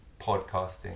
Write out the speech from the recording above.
podcasting